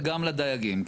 וגם לדייגים,